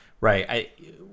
right